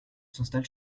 s’installe